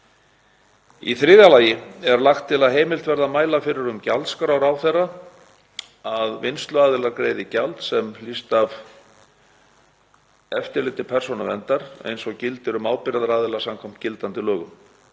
Í þriðja lagi er lagt til að heimilt verði að mæla fyrir um gjaldskrá ráðherra, að vinnsluaðilar greiði gjald sem hlýst af eftirliti Persónuverndar eins og gildir um ábyrgðaraðila samkvæmt gildandi lögum.